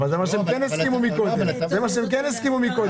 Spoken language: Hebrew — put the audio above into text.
אבל לזה הם כן הסכימו קודם.